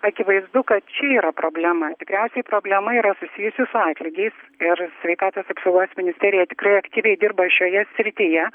akivaizdu kad čia yra problema tikriausiai problema yra susijusi su atlygiais ir sveikatos apsaugos ministerija tikrai aktyviai dirba šioje srityje